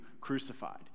crucified